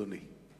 אדוני.